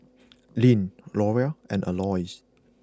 Lyn Loria and Aloys